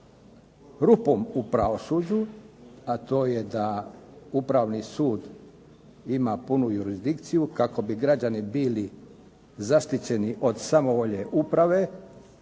rupom u pravosuđu, a to je da upravni sud ima punu jurisdikciju kako bi građani bili zaštićeni od samovolje uprave.